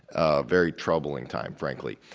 ah very troubling time, frankly.